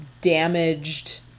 damaged